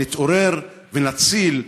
שנתעורר ונציל,